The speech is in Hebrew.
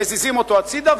מזיזים אותו הצדה,